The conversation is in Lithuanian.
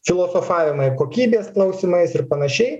filosofavimai kokybės klausimais ir panašiai